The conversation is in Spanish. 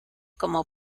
como